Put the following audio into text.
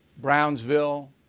Brownsville